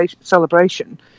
celebration